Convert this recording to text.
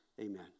Amen